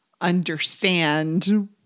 understand